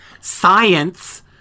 science